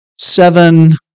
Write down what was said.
seven